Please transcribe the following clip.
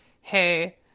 hey